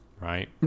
Right